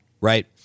right